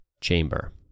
chamber